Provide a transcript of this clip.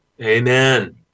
Amen